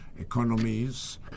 economies